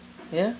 ya